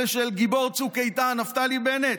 אלה של גיבור צוק איתן נפתלי בנט?